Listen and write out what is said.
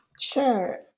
Sure